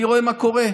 אני רואה מה קורה.